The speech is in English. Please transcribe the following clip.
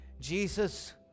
Jesus